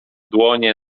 dłonie